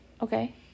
Okay